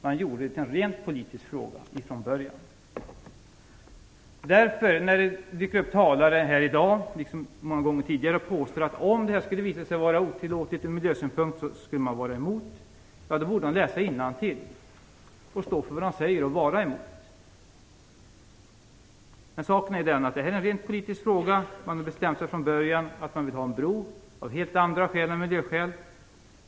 Man gjorde det till en rent politisk fråga från början. Det har dykt upp talare här i dag, liksom många gånger tidigare, som påstått att de skulle vara emot Öresundsbron om det visade sig att den skulle vara otillåtlig ur miljösynpunkt. De borde läsa innantill, stå för vad de säger och vara emot. Men saken är den, att det är en rent politisk fråga. Man har från början bestämt sig för att man vill ha en bro av helt andra skäl än miljöskäl.